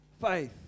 faith